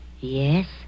Yes